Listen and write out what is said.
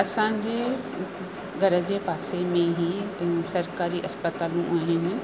असांजे घर जे पासे में ई सरकारी अस्पतालूं आहिनि